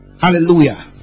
Hallelujah